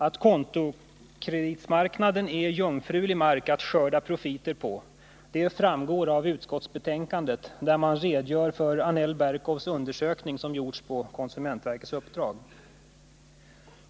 Att kreditkortsmarknaden är jungfrulig mark att skörda profiter på framgår av utskottsbetänkandet, där man redogör för Annel/Berkows undersökning som har gjorts på konsumentverkets uppdrag.